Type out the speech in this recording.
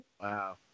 Wow